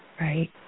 Right